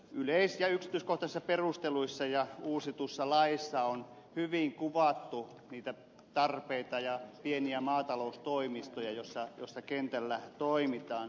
yleis ja yksityiskohtaisissa perusteluissa ja uusitussa laissa on hyvin kuvattu niitä tarpeita ja pieniä maataloustoimistoja joissa kentällä toimitaan